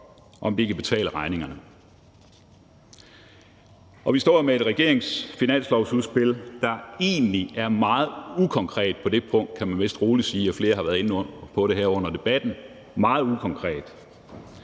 om de kan betale regningerne. Vi står jo med et finanslovsudspil fra regeringen, der egentlig er meget ukonkret på det punkt, kan man vist rolig sige – og flere har været inde på det her under debatten – meget ukonkret.